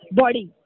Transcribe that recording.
body